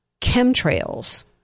chemtrails